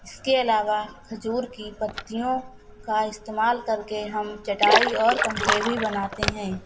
اس کے علاوہ کھجور کی پتیوں کا استمال کرکے ہم چٹائی اور پنکھے بھی بناتے ہیں